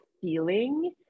feeling